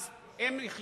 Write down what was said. אז: הן יחיו,